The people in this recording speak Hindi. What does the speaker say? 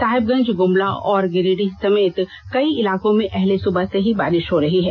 साहेबगंज ग्रमला और गिरिडीह समेत कई इलाकों में अहले सुबह से ही बारिष हो रही है